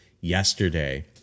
yesterday